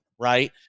right